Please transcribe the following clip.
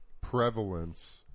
prevalence